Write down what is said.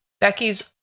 Becky's